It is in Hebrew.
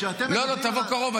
כשאתם מדברים --- לא, תבוא קרוב.